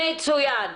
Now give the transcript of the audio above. מצוין.